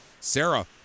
Sarah